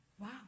Wow